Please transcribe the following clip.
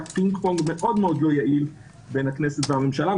היה פינג פונג מאוד לא יעיל בין הכנסת לממשלה,